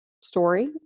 story